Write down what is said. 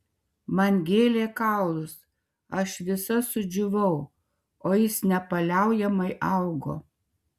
man gėlė kaulus aš visa sudžiūvau o jis nepaliaujamai augo